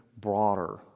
broader